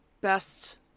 best